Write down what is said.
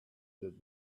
that